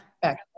back